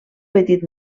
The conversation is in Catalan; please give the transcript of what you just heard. petit